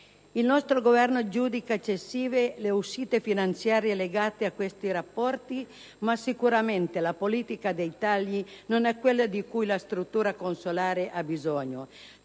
Il nostro Governo giudica eccessive le uscite finanziarie legate a questi rapporti, ma sicuramente la politica dei tagli non è quello di cui la struttura consolare ha bisogno.